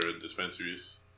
dispensaries